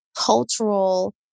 cultural